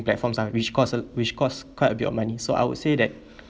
platforms ah which cause a which caused quite a bit of money so I would say that